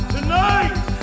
Tonight